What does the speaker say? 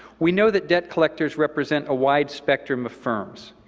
we know that debt collectors represent a wide spectrum of firms.